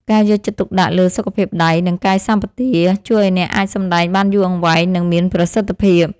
ការយកចិត្តទុកដាក់លើសុខភាពដៃ និង កាយសម្បទាជួយឱ្យអ្នកអាចសម្តែងបានយូរអង្វែង និង មានប្រសិទ្ធភាព។